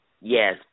Yes